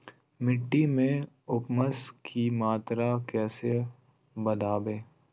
मिट्टी में ऊमस की मात्रा कैसे बदाबे?